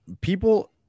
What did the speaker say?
people